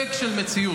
פייק של מציאות.